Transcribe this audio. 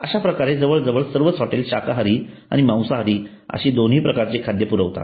अश्याप्रकारे जवळजवळ सर्वच हॉटेल्स शाकाहारी आणि मांसाहारी असे दोन्ही प्रकारचे खाद्य पदार्थ पुरवतात